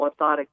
orthotic